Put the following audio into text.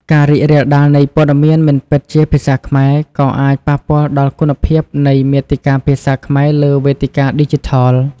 ការរីករាលដាលនៃព័ត៌មានមិនពិតជាភាសាខ្មែរ ក៏អាចប៉ះពាល់ដល់គុណភាពនៃមាតិកាភាសាខ្មែរលើវេទិកាឌីជីថល។